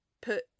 Put